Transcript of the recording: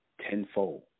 tenfold